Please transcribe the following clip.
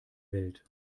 welt